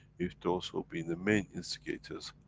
if those, who been the main instigators,